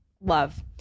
Love